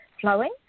flowing